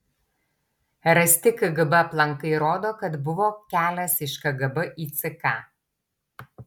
rasti kgb aplankai rodo kad buvo kelias iš kgb į ck